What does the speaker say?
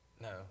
No